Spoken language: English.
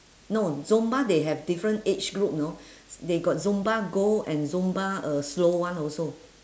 no zumba they have different age group you know s~ they got zumba gold and zumba uh slow one also